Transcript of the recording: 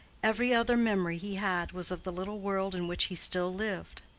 every other memory he had was of the little world in which he still lived.